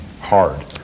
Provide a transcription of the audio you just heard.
hard